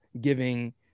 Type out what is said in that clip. giving